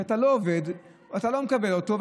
כשאתה לא עובד אתה לא מקבל אותה,